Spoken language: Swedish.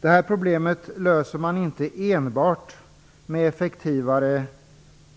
Det här problemet löser man inte enbart med effektivare